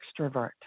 extrovert